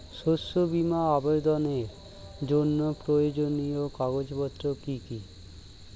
শস্য বীমা আবেদনের জন্য প্রয়োজনীয় কাগজপত্র কি কি?